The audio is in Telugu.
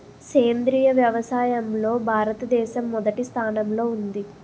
సేంద్రీయ వ్యవసాయంలో భారతదేశం మొదటి స్థానంలో ఉంది